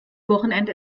wochenende